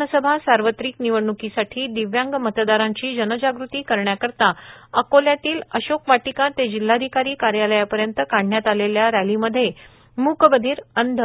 विधानसभा सार्वत्रिक निवडणूकासाठी दिव्यांग मतदारांची जनजाग़ती करण्याकरीता अकोल्यातील अशोक वाटीका ते जिल्हाधिकारी कार्यालपर्यत काढण्यात आलेल्या रॅली मध्ये मुकबधिर अंध